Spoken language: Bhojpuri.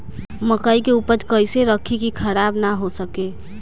मकई के उपज कइसे रखी की खराब न हो सके?